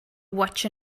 watch